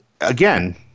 again